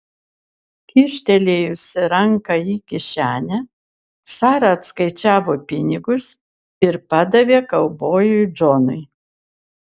kyštelėjusi ranką į kišenę sara atskaičiavo pinigus ir padavė kaubojui džonui